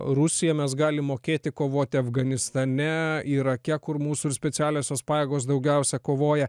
rusija mes galim mokėti kovoti afganistane irake kur mūsų ir specialiosios pajėgos daugiausia kovoja